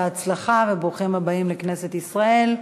בהצלחה וברוכים הבאים לכנסת ישראל.